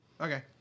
Okay